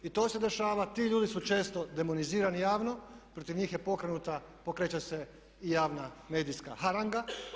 I to se dešava, ti ljudi su često demonizirani javno, protiv njih je pokrenuta, pokreće se i javna medijska haranga.